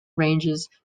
ranges